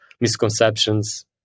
misconceptions